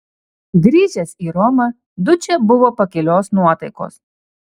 grįžęs į romą dučė buvo pakilios nuotaikos